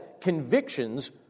convictions